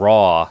Raw